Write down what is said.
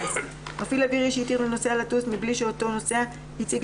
מפעיל אווירי שהתיר לנוסע לטוס מבלי שאותו נוסע הציג